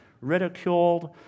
ridiculed